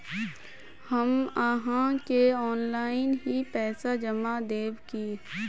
हम आहाँ के ऑनलाइन ही पैसा जमा देब की?